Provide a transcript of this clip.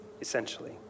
essentially